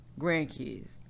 grandkids